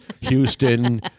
Houston